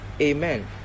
amen